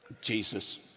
Jesus